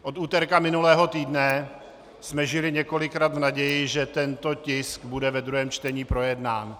Od úterka minulého týdne jsme žili několikrát v naději, že tento tisk bude ve druhém čtení projednán.